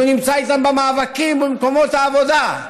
אז הוא נמצא איתם במאבקים במקומות העבודה.